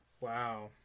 wow